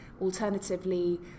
Alternatively